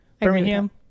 Birmingham